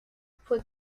fue